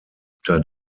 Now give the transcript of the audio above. unter